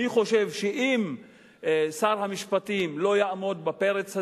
אני חושב שאם שר המשפטים לא יעמוד בפרץ הזה,